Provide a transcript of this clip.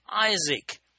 Isaac